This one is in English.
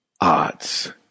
odds